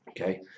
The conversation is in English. Okay